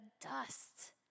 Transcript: dust